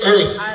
Earth